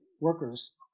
workers